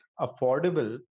affordable